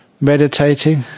meditating